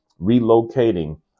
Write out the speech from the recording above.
relocating